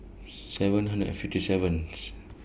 seven hundred and fifty seventh